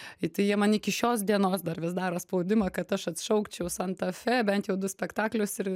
į tai jie man iki šios dienos dar vis daro spaudimą kad aš atšaukiau santa fe bent jau du spektaklius ir